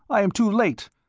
i am too late!